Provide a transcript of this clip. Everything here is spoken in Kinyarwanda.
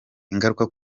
ingaruka